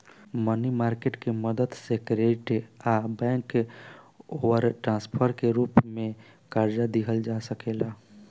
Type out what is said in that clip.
मनी market के मदद से क्रेडिट आ बैंक ओवरड्राफ्ट के रूप में कर्जा लिहल जा सकेला